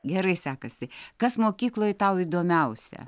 gerai sekasi kas mokykloje tau įdomiausia